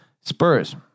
Spurs